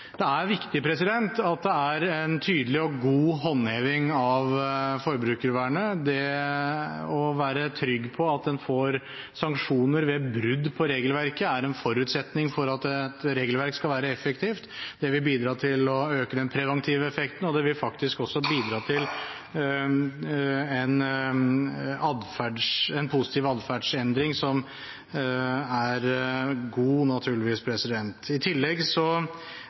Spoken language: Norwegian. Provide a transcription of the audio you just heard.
Det er viktig at det er en tydelig og god håndheving av forbrukervernet. Det å være trygg på at en får sanksjoner ved brudd på regelverket, er en forutsetning for at et regelverk skal være effektivt. Det vil bidra til å øke den preventive effekten, og det vil også bidra til en positiv atferdsendring – som er god, naturligvis. I tillegg